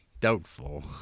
Doubtful